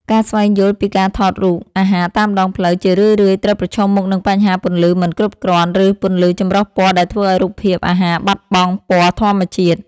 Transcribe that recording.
ការស្វែងយល់ពីការថតរូបអាហារតាមដងផ្លូវ ជារឿយៗត្រូវប្រឈមមុខនឹងបញ្ហាពន្លឺមិនគ្រប់គ្រាន់ ឬពន្លឺចម្រុះពណ៌ដែលធ្វើឱ្យរូបភាពអាហារបាត់បង់ពណ៌ធម្មជាតិ។